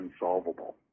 unsolvable